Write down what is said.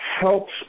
helps